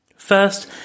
First